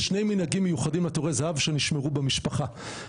יש שני מנהגים מיוחדים לטורי זהב שנשמרו במשפחה,